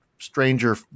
stranger